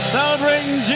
Celebrating